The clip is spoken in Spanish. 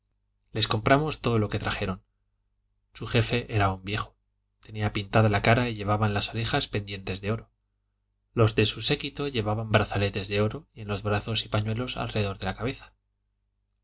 lib compramos todo lo que trajeron su jefe era un viejo tenía pintada la cara y llevaba en las orejas pendientes de oro los de su séquito llevaban brazaletes de oro en los brazos y pañuelos alrededor de la cabeza